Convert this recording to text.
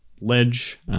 ledge